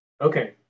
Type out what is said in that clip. Okay